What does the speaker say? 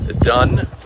done